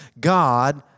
God